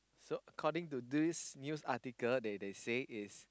so according to this news article they they say is